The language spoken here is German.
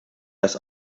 ist